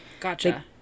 Gotcha